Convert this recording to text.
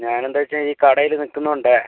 ഞാനെന്താ വെച്ചാൽ ഈ കടയിൽ നിൽക്കുന്നതുകൊണ്ട്